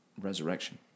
resurrection